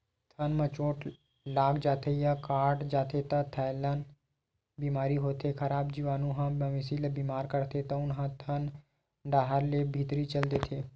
थन म चोट लाग जाथे या कटा जाथे त थनैल बेमारी होथे, खराब जीवानु ह मवेशी ल बेमार करथे तउन ह थन डाहर ले भीतरी चल देथे